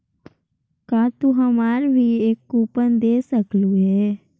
का तू हमारा भी एक कूपन दे सकलू हे